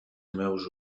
meus